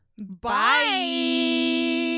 Bye